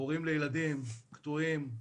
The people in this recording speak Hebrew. הורים לילדים, קטועים,